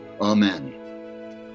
amen